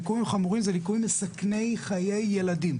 ליקויים חמורים זה ליקויים מסכני חיי ילדים.